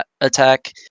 attack